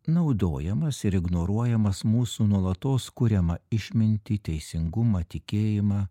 naudojamas ir ignoruojamas mūsų nuolatos kuriamą išmintį teisingumą tikėjimą